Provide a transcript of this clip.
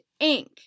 Inc